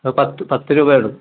പത്ത് പത്ത് രൂപ വരുള്ളൂ